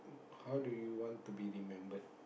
how do you want to be remembered